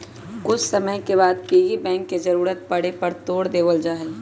कुछ समय के बाद पिग्गी बैंक के जरूरत पड़े पर तोड देवल जाहई